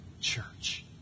church